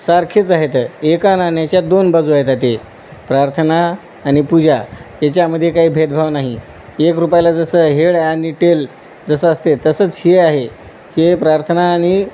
सारखेच आहेत एका नाण्याच्या दोन बाजू आहेत प्रार्थना आणि पूजा याच्यामध्ये काही भेदभाव नाही एक रुपायाला जसं हेड आणि टेल जसं असते तसंच हे आहे हे प्रार्थना आणि